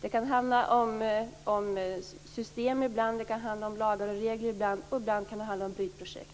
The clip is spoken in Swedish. Det kan handla om system, om lagar och regler och ibland om brytprojekt.